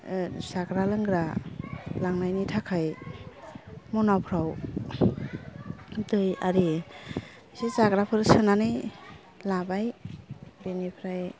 जाग्रा लोंग्रा लांनायनि थाखाय मनाफ्राव दै आरि एसे जाग्राफोर सोनानै लाबाय बेनिफ्राय